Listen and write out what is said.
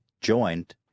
Joined